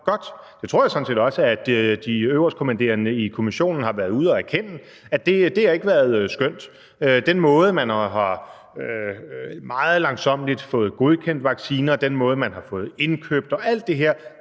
Jeg tror sådan set også, at de øverstkommanderende i Kommissionen har været ude og erkende, at det ikke har været skønt. Den måde, man meget langsommeligt har fået godkendte vacciner, den måde, man har indkøbt dem, og alt det, har